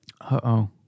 Uh-oh